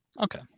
okay